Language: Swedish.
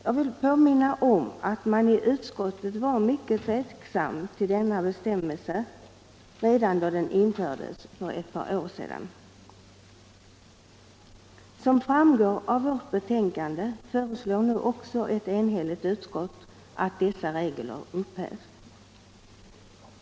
Jag vill påminna om att man i utskottet var mycket tveksam till denna bestämmelse redan då den infördes för ett par år sedan. Som framgår av betänkandet föreslår nu också ett enigt utskott att dessa regler upphävs.